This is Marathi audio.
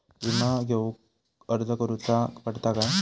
विमा घेउक अर्ज करुचो पडता काय?